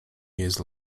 years